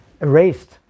erased